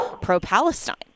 pro-Palestine